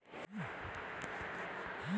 সূর্যমুখি চাষে কেমন সেচের প্রয়োজন?